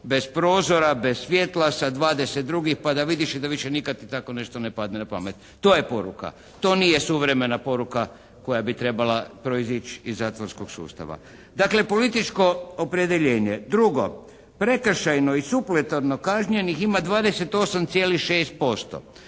bez prozora, bez svijetla sa 20 drugih pa da vidiš i da više nikad ti tako nešto ne padne na pamet. To je poruka. To nije suvremena poruka koja bi trebala proizići iz zatvorskog sustava. Dakle političko opredjeljenje. Drugo, prekršajno i … /Govornik se ne razumije./